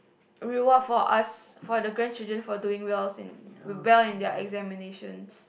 reward for us for the grandchildren for doing wells well in their examinations